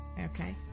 Okay